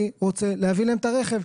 אני רוצה להביא להם את הרכב.